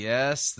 Yes